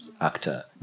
actor